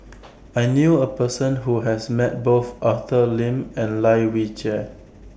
I knew A Person Who has Met Both Arthur Lim and Lai Weijie